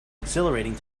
exhilarating